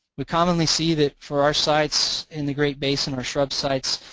we commonly see that for our sites in the great basin, our shrub sites,